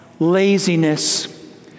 laziness